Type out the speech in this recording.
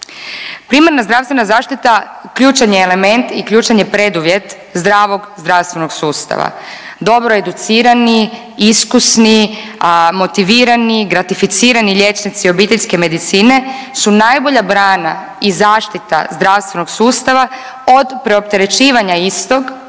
Primarna zdravstvena zaštita ključan je element i ključan je preduvjet zdravog zdravstvenog sustava, dobro educirani, iskusni, motivirani, gratificirani liječnici obiteljske medicine su najbolja brana i zaštita zdravstvenog sustava od preopterećivanja istog